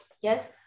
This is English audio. Yes